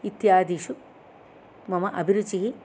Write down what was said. इत्यादिषु मम अभिरुचिः